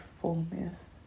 fullness